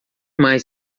mais